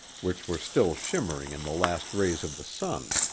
which were still shimmering in the last rays of the sun.